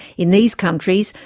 in these countries,